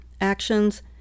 actions